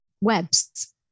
webs